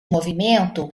movimento